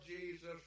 Jesus